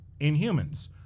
inhumans